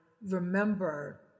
remember